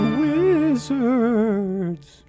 wizards